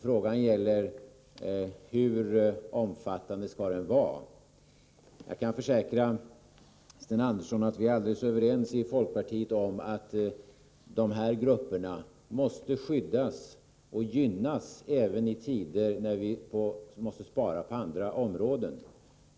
Frågan gäller hur omfattande den skall vara. Jag kan försäkra Sten Andersson att vi i folkpartiet är helt överens om att de här grupperna måste skyddas och gynnas även i tider när vi måste spara på andra områden.